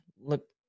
look